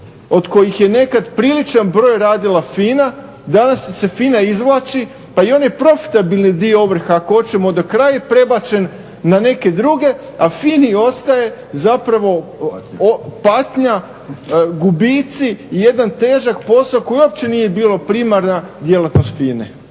od kojih je nekad priličan broj radila FINA, danas se FINA izvlači pa i onaj profitabilni dio ovrha ako oćemo do kraja prebačen na neke druga, a FINA-i ostaje patnja, gubici, jedan težak posao koji uopće nije bilo primarna djelatnost FINA-e.